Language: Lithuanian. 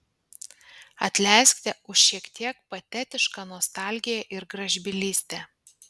atleiskite už šiek tiek patetišką nostalgiją ir gražbylystę